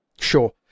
Sure